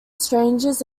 strangers